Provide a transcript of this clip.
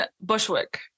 Bushwick